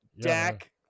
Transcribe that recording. Dak